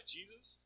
Jesus